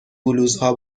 بلوزها